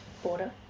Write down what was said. Border